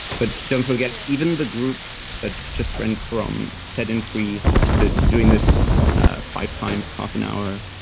but don't forget, even the group that just went from sedentary to to doing this ah five times, half an hour,